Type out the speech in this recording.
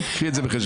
קחי את זה בחשבון.